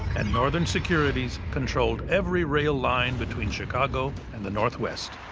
and northern securities controlled every rail line between chicago and the northwest.